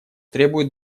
требует